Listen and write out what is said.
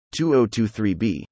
2023b